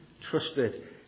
trusted